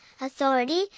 authority